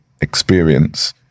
experience